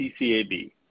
CCAB